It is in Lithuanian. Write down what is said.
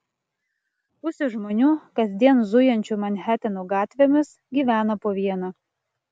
pusė žmonių kasdien zujančių manhatano gatvėmis gyvena po vieną